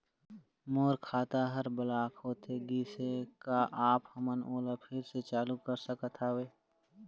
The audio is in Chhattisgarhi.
मोर खाता हर ब्लॉक होथे गिस हे, का आप हमन ओला फिर से चालू कर सकत हावे?